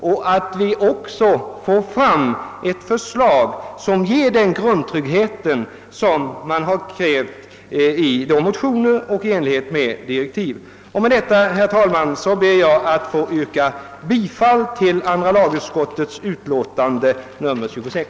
Jag hoppas också att vi får ett förslag som ger den grundtrygghet som krävs i motionerna och i direktiven. Herr talman! Jag kommer senare att yrka bifall till andra lagutskottets hemställan i utskottets utåtande nr 26.